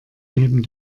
neben